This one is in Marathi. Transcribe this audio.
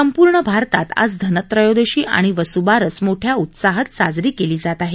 संपूर्ण भारतात आज धनत्रयोदशी आणि वसू बारस मोठ्या उत्साहात साजरी केली जात आहे